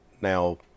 now